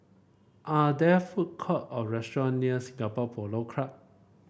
are there food court or restaurant near Singapore Polo Club